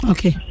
Okay